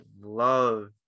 love